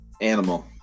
animal